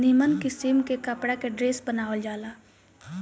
निमन किस्म के कपड़ा के ड्रेस बनावल जाला